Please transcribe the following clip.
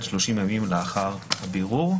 עד 30 ימים לאחר הבירור.